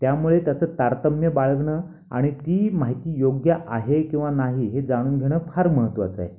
त्यामुळे त्याचं तारतम्य बाळगणं आणि ती माहिती योग्य आहे किंवा नाही हे जाणून घेणं फार महत्वाचं आहे